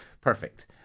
perfect